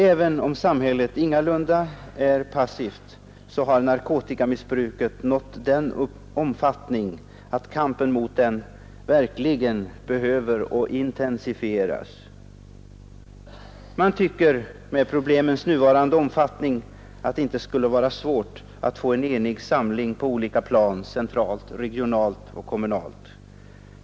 Även om samhället ingalunda är passivt har narkotikamissbruket nått en sådan omfattning att kampen mot narkotikamissbruket verkligen behöver intensifieras. Man tycker, med problemens nuvarande omfattning, att det inte skulle vara svårt att få en enig samling på olika plan — centralt, regionalt och kommunalt.